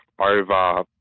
over